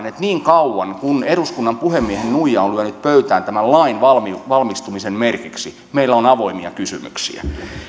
että niin kauan kunnes eduskunnan puhemiehen nuija on lyönyt pöytään tämän lain valmistumisen merkiksi meillä on avoimia kysymyksiä